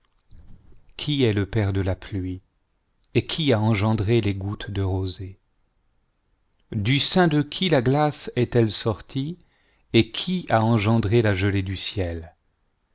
qui est le père de la pluie et qui a engendré les gouttes de rosée du sein de qui la glace est-elle sortie et qui a engendré la gelée du ciel